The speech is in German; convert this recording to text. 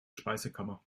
speisekammer